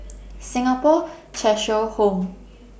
Singapore Cheshire Home